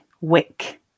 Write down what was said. wick